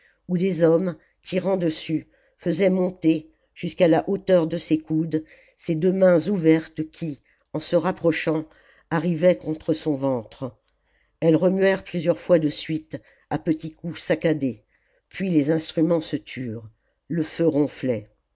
oii des hommes tirant dessus faisaient monter jusqu'à la hauteur de ses coudes ses deux mains ouvertes qui en se rapprochant arrivaient contre son ventre elles remuèrent plusieurs fois de suite à petits coups saccadés puis les instruments se turent le feu ronflait